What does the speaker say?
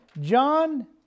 John